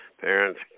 parents